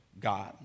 God